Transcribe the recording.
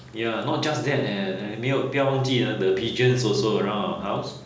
ya not just that leh 没有不要忘记啊 the pigeons also around our house